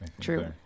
True